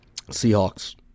Seahawks